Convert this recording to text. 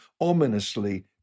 ominously